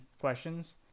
questions